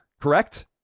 correct